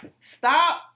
Stop